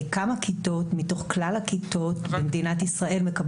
כמה כיתות מתוך כלל הכיתות במדינת ישראל מקבלות